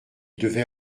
devait